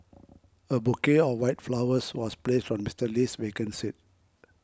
a bouquet of white flowers was placed on Mister Lee's vacant seat